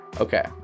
Okay